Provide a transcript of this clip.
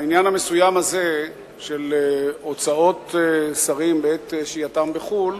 העניין המסוים הזה של הוצאות שרים בעת שהייתם בחו"ל